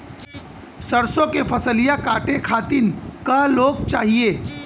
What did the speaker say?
सरसो के फसलिया कांटे खातिन क लोग चाहिए?